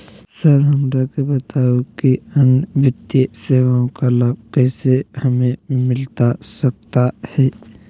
Sir हमरा के बताओ कि अन्य वित्तीय सेवाओं का लाभ कैसे हमें मिलता सकता है?